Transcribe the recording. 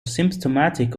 symptomatic